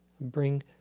Bring